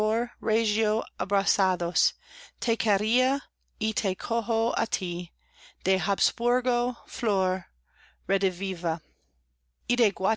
abrasados te quería y te cojo á tí de